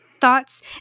thoughts